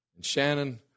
Shannon